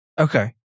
Okay